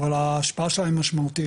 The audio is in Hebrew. אבל ההשפעה שלהם משמעותית.